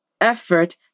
effort